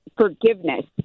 forgiveness